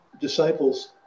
disciples